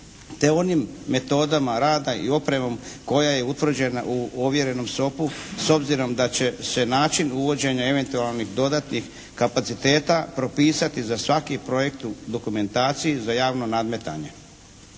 te onim metodama rada i opremom koja je utvrđena u ovjerenom SOP-u s obzirom da će se način uvođenja eventualnih dodatnih kapaciteta propisati za svaki projekt u dokumentaciji, za javno nadmetanje.